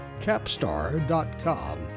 capstar.com